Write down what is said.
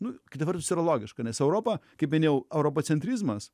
nu kita vertus yra logiška nes europa kaip minėjau europocentrizmas